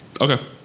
Okay